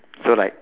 so like